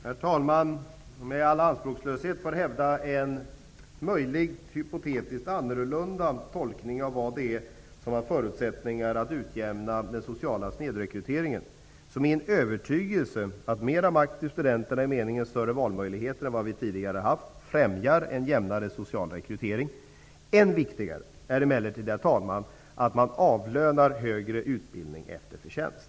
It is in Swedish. Herr talman! Jag vill i all anspråkslöshet hävda en möjlig, hypotetisk och annorlunda tolkning av vad det är som har förutsättningar att utjämna den sociala snedrekryteringen. Det är min övertygelse att mer makt till studenterna i meningen större valmöjligheter än vad som tidigare har funnits främjar en jämnare social rekrytering. Än viktigare är emellertid, herr talman, att man avlönar högre utbildning efter förtjänst.